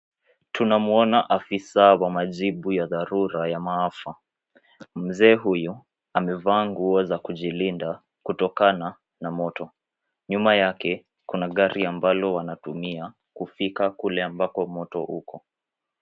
Tunamuona afisa wa majibu ya dharura ya maafa. Mzee huyo amevaa nguo za kujilinda kutokana na moto. Nyuma yake kuna gari ambalo wanatumia kufika kule ambako moto uko.